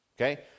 Okay